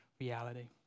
reality